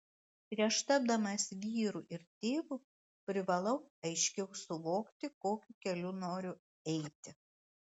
prieš tapdamas vyru ir tėvu privalau aiškiau suvokti kokiu keliu noriu eiti